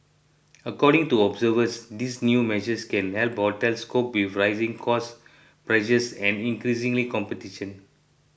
according to observers these new measures can help hotels cope with rising cost pressures and increasingly competition